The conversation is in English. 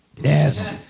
Yes